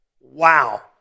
Wow